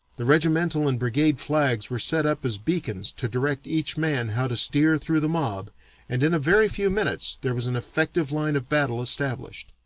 the regimental and brigade flags were set up as beacons to direct each man how to steer through the mob and in a very few minutes there was an effective line of battle established.